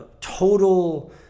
total